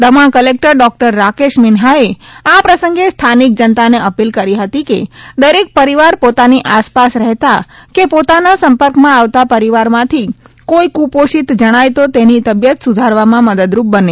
Daman collector doctor Rakesh મિન્હાએ આ પ્રસંગે સ્થાનિક જનતાને અપીલ કરી હતી કે દરેક પરિવાર પોતાની આસપાસ રહેતા કે પોતાના સંપર્કમાં આવતા પરિવારમાંથી કોઇ ક્રપોષિત જજ્ઞાય તો તેની તબિયત સુધારવામાં મદદરૂપ બને